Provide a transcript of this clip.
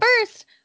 first